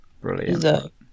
Brilliant